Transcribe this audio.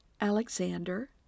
Alexander